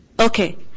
Okay